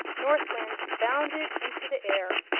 north wind bounded into the air.